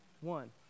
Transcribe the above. One